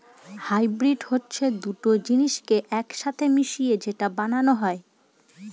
hybrid হচ্ছে দুটো জিনিসকে এক সাথে মিশিয়ে যেটা বানানো হয়